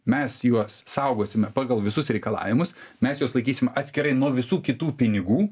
mes juos saugosime pagal visus reikalavimus mes juos laikysim atskirai nuo visų kitų pinigų